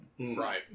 Right